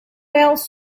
else